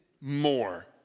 more